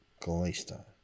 Gleister